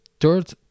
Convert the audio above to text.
third